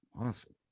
Awesome